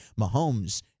Mahomes